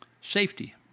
safety